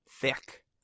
thick